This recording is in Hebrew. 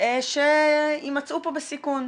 שימצאו פה בסיכון.